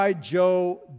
joe